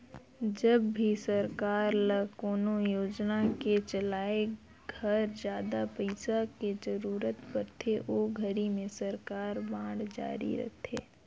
जब भी सरकार ल कोनो योजना के चलाए घर जादा पइसा के जरूरत परथे ओ घरी में सरकार बांड जारी करथे